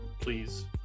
please